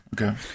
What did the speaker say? okay